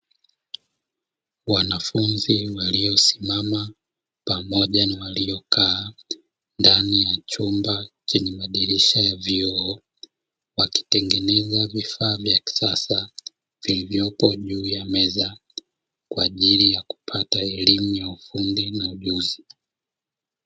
Wanafunzi waliosimama pamoja na waliokaa ndani ya chumba chenye madirisha ya vioo wakitengeneza vifaa vya kisasa vilivyopo juu ya meza, kwa ajili ya kupata elimu ya ufundi na ujuzi.